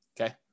Okay